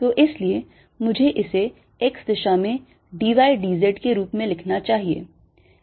तो इसलिए मुझे इसे x दिशा में d y d z के रूप में लिखना चाहिए